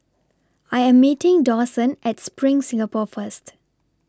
I Am meeting Dawson At SPRING Singapore First